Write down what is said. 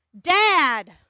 Dad